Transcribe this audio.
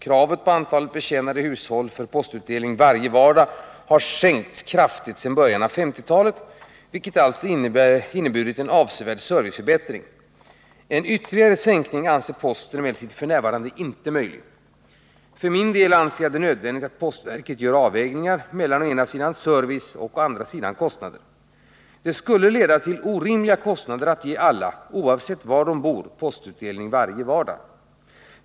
Kravet på antalet betjänade hushåll för postutdelning varje vardag har sänkts kraftigt sedan början av 1950-talet, vilket alltså inneburit en avsevärd serviceförbättring. En ytterligare sänkning anser postverket emellertid f. n. inte möjlig. ; För min del anser jag det nödvändigt att postverket gör avvägningar mellan å ena sidan service och å andra sidan kostnader. Det skulle leda till orimliga kostnader att ge alla, oavsett var de bor, postutdelning varje vardag.